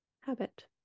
habit